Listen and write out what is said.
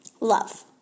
love